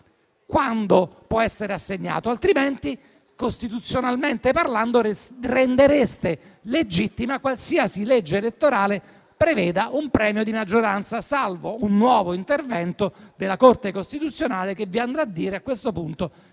quando può essere assegnato. Altrimenti, costituzionalmente parlando, rendereste legittima qualsiasi legge elettorale preveda un premio di maggioranza, salvo un nuovo intervento della Corte costituzionale, a questo punto,